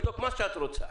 מה שאת רוצה.